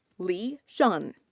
li shen.